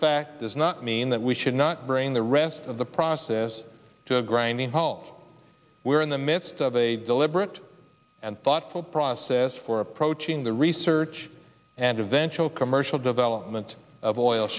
fact does not mean that we should not bring the rest of the process to a grinding halt we are in the midst of a deliberate and thoughtful process for approaching the research and eventual commercial development of oil